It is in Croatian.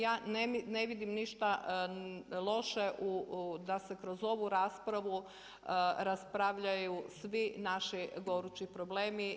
Ja ne vidim ništa loše da se kroz ovu raspravu raspravljaju svi naši gorući problemi.